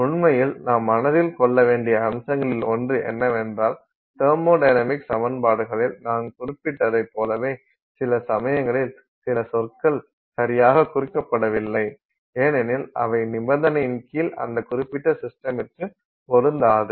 உண்மையில் நாம் மனதில் கொள்ள வேண்டிய அம்சங்களில் ஒன்று என்னவென்றால் தெர்மொடைனமிக்ஸ் சமன்பாடுகளில் நான் குறிப்பிட்டதைப் போலவே சில சமயங்களில் சில சொற்கள் சரியாக குறிக்கப்படவில்லை ஏனெனில் அவை நிபந்தனையின் கீழ் அந்த குறிப்பிட்ட சிஸ்டமிற்கு பொருந்தாது